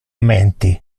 menti